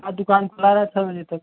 आज दुकान खुला है छः बजे तक